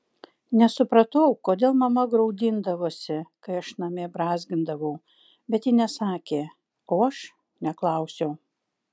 nesupratau kodėl mama graudindavosi kai aš namie brązgindavau bet ji nesakė o aš neklausiau